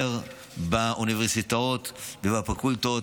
באוניברסיטאות ובפקולטות,